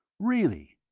really!